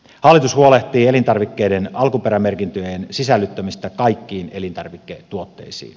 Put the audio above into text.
hallitus huolehtii elintarvikkeiden alkuperämerkintöjen sisällyttämisestä kaikkiin elintarviketuotteisiin